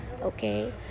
okay